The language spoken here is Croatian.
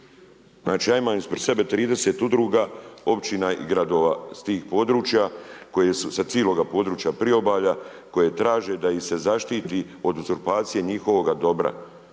Znači, ja imam ispred sebe 30 udruga, općina i gradova s tih područja, koji su sa cijelog područja priobalja, koje traže da ih se zaštiti od uzurpacije njihovoga dobra,